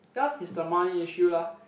ya is the money issue lah